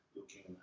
Looking